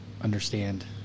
understand